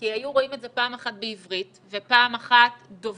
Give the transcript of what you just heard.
כי היו רואים את זה פעם אחת בעברית ופעם אחת דובר,